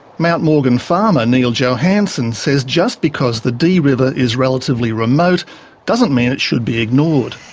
mount morgan farmer, neal johansen, says just because the dee river is relatively remote doesn't mean it should be ignored.